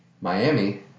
Miami